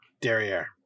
derriere